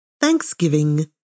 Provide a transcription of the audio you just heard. Thanksgiving